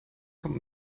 kommt